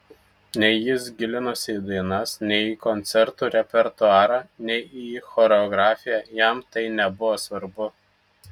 nei jis gilinosi į dainas nei į koncertų repertuarą nei į choreografiją jam tai nebuvo svarbu